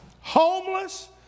Homeless